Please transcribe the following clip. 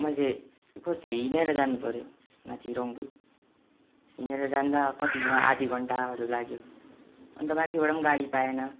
मैले कति हिँडेर जानुपऱ्यो माथि रङ्बुल हिँडेर जाँदा कति आधी घन्टाहरू लाग्यो अन्त माथिबाट पनि गाडी पाइएन